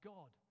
God